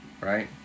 right